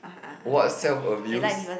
what self abuse